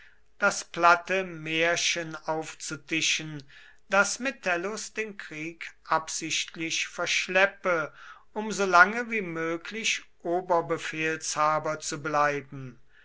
das platte märchen aufzutischen daß metellus den krieg absichtlich verschleppe um so lange wie möglich oberbefehlshaber zu bleiben